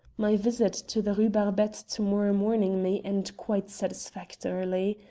my visit to the rue barbette to-morrow morning may end quite satisfactorily.